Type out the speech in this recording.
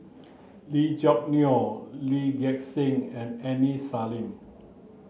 Lee Choo Neo Lee Gek Seng and Aini Salim